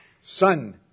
son